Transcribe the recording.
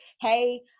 hey